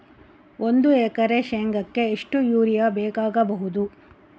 ಒಂದು ಎಕರೆ ಶೆಂಗಕ್ಕೆ ಎಷ್ಟು ಯೂರಿಯಾ ಬೇಕಾಗಬಹುದು?